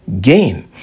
Gain